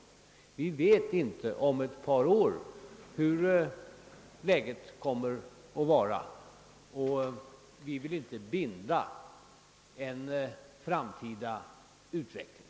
Vi vet inte hurudant läget kommer att vara om ett par år, och vi vill inte binda en framtida utveckling.